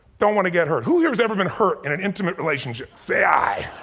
don't wanna get hurt. who here's ever been hurt in an intimate relationship, say aye.